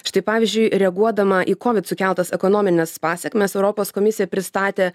štai pavyzdžiui reaguodama į kovid sukeltas ekonomines pasekmes europos komisija pristatė